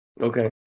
Okay